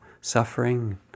suffering